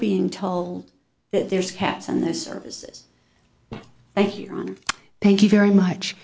being told that there's cats in the services thank you thank you very much